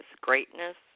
greatness